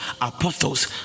apostles